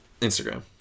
Instagram